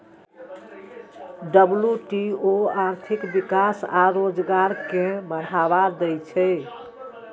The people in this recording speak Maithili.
डब्ल्यू.टी.ओ आर्थिक विकास आ रोजगार कें बढ़ावा दै छै